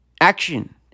action